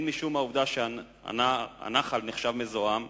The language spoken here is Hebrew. גם משום העובדה שהנחל נחשב מזוהם.